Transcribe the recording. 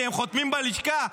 כי הם חותמים בלשכה,